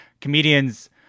comedians